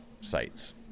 sites